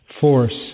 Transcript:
force